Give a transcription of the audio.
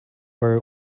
where